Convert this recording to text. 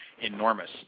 enormous